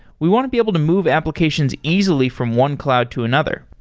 we want to be able to move applications easily from one cloud to another.